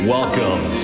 Welcome